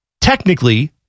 technically